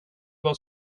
vad